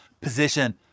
position